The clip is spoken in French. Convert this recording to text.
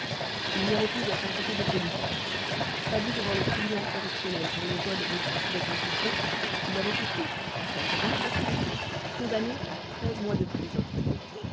il n'y avait plus à s'inquiéter de polyte traduit devant le tribunal correctionnel pour le vol où il se trouvait impliqué il avait été à sa grande surprise condamné à treize mois de prison